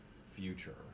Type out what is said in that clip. future